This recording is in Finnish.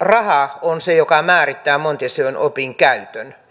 raha on se joka määrittää montesquieun opin käytön